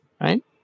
Right